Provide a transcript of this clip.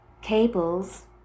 cables